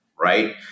Right